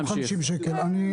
ותמשיך.